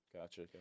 Gotcha